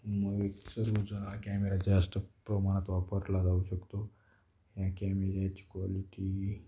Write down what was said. म विकसर ज हा कॅमेरा जास्त प्रमाणात वापरला जाऊ शकतो या कॅमेऱ्याची क्वालिटी